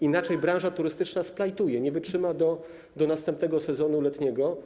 Inaczej branża turystyczna splajtuje, nie wytrzyma do następnego sezonu letniego.